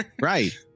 right